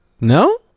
No